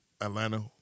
Atlanta